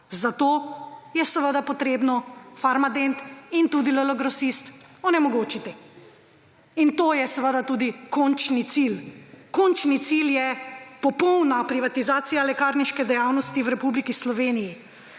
zato je treba Farmadent in tudi LL Grosista onemogočiti. In to je seveda tudi končni cilj. Končni cilj je popolna privatizacija lekarniške dejavnosti v Republiki Sloveniji.